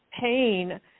pain